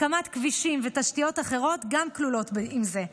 הקמת כבישים ותשתיות אחרות גם כלולים בזה,